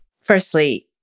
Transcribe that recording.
Firstly